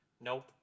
Nope